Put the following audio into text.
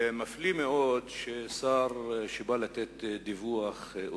מפליא מאוד ששר שבא לתת דיווח על